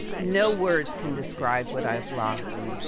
no words can describe what i've lost.